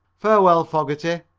farewell, fogerty,